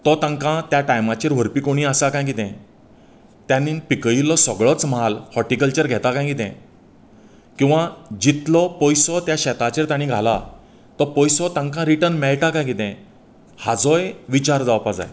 तो तांकां त्या टायमाचेर व्हरपी कोणी आसा काय कितें ताणी पिकयलो सगळोंच म्हाल हॉटिकल्चर घेतां काय कितें किंवा जितलो पयसो त्या शेताचेर ताणी घालां तो पयसो तांकां रिर्टन मेळटा काय कितें हाजोय विचार जावपाक जाय